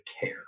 care